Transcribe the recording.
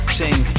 sing